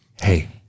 hey